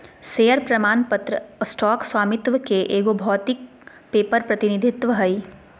share प्रमाण पत्र stock स्वामित्व के एगो भौतिक पेपर प्रतिनिधित्व हइ